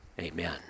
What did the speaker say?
Amen